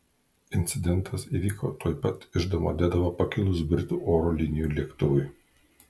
incidentas įvyko tuoj pat iš domodedovo pakilus britų oro linijų lėktuvui